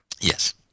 Yes